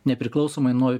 nepriklausomai nuo